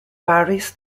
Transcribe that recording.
paris